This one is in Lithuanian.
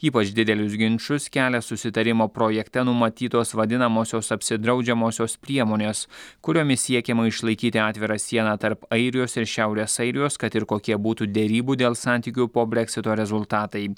ypač didelius ginčus kelia susitarimo projekte numatytos vadinamosios apsidraudžiamosios priemonės kuriomis siekiama išlaikyti atvirą sieną tarp airijos ir šiaurės airijos kad ir kokie būtų derybų dėl santykių po breksito rezultatai